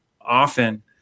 often